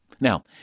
Now